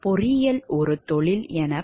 பொறியியல் ஒரு தொழில் என பலமுறை கூறி வருகிறோம்